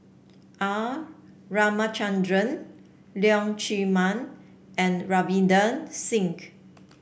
R Ramachandran Leong Chee Mun and Ravinder Singh